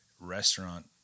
restaurant